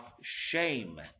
shame